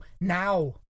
now